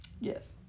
Yes